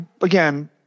again